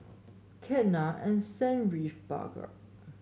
Ketna Sanjeev Bhagat